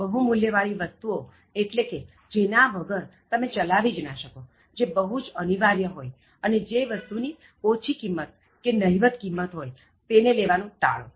બહુ મૂલ્ય વાળી વસ્તુઓ એટલે જેના વગર તમે ચલાવી જ ન શકો જે બહુ જ અનિવાર્ય હોયઅને જે વસ્તુ ની ઓછી કિમત કે નહિવત કિમત હોય તેને લેવાનું ટાળો